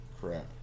Crap